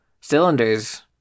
cylinders